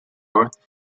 north